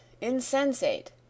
insensate